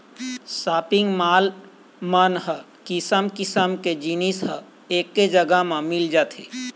shopping mall मन ह किसम किसम के जिनिस ह एके जघा म मिल जाथे